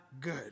good